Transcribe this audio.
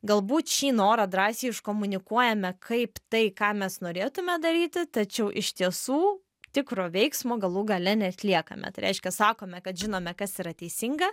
galbūt šį norą drąsiai iškomunikuojame kaip tai ką mes norėtume daryti tačiau iš tiesų tikro veiksmo galų gale neatliekame tai reiškia sakome kad žinome kas yra teisinga